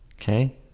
okay